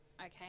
Okay